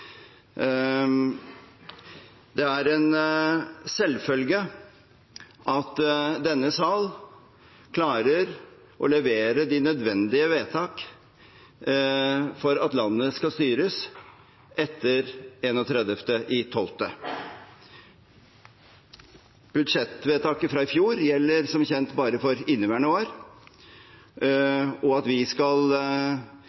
Det er en selvfølge at denne sal klarer å levere de nødvendige vedtak for at landet skal styres etter 31. desember. Budsjettvedtaket fra i fjor gjelder som kjent bare for inneværende år,